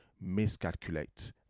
miscalculate